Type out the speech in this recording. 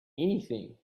anything